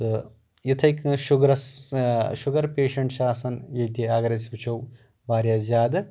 تہٕ یِتھٕے کٲٹھۍ شُگرس شُگر پیشنٛٹ چھِ آسان ییٚتہِ اَگر أسۍ وُچھو واریاہ زیادٕ